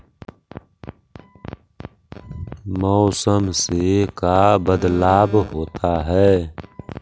मौसम से का बदलाव होता है?